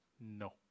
no